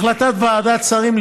החלטת ועדת השרים,